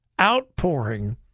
outpouring